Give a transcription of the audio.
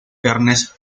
ernest